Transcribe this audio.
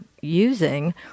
using